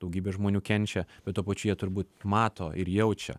daugybė žmonių kenčia bet tuo pačiu jie turbūt mato ir jaučia